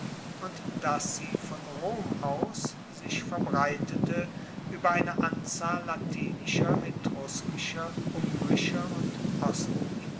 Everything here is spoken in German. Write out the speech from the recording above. und dass sie von rom aus sich verbreitete ueber eine anzahl latinischer etruskischer umbrischer und